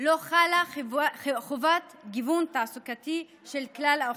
לא חלה חובת גיוון תעסוקתי של כלל האוכלוסיות.